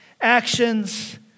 actions